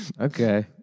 Okay